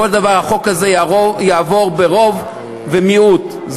החוק הזה יעבור ברוב ומיעוט.